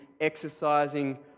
exercising